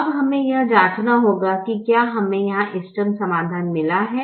अब हमें यह जांचना होगा कि क्या हमें यहां इष्टतम समाधान मिला है